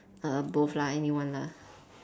err both lah anyone one lah